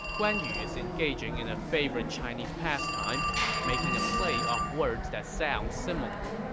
guan yu is engaging in a favorite chinese pasttime making a play off words that sound similar.